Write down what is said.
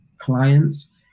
clients